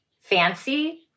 fancy